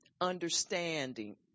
understanding